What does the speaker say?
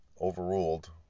overruled